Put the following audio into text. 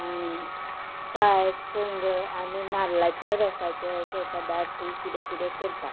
पांयस पोंगल आनी नाल्लाच्या रोसाचे अशे पदार्थ किदें किदें करता